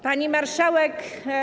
Pani Marszałek!